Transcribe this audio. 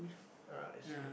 uh I see